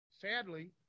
sadly